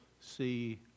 see